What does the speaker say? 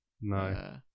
No